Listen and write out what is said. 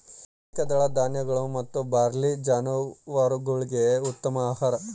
ಏಕದಳ ಧಾನ್ಯಗಳು ಮತ್ತು ಬಾರ್ಲಿ ಜಾನುವಾರುಗುಳ್ಗೆ ಉತ್ತಮ ಆಹಾರ